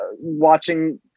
watching